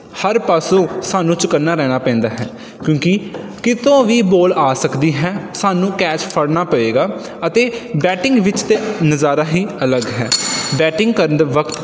ਹਰ ਪਾਸੋਂ ਸਾਨੂੰ ਚੁਕੰਨਾ ਰਹਿਣਾ ਪੈਂਦਾ ਹੈ ਕਿਉਂਕਿ ਕਿਤੋਂ ਵੀ ਬੋਲ ਆ ਸਕਦੀ ਹੈ ਸਾਨੂੰ ਕੈਚ ਫੜਨਾ ਪਏਗਾ ਅਤੇ ਬੈਟਿੰਗ ਵਿੱਚ ਤਾਂ ਨਜ਼ਾਰਾ ਹੀ ਅਲੱਗ ਹੈ ਬੈਟਿੰਗ ਕਰਨ ਦੇ ਵਕਤ